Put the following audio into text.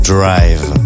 Drive